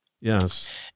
Yes